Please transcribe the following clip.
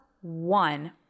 one